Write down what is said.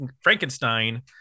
Frankenstein